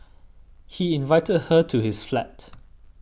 he invited her to his flat